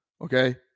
Okay